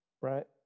right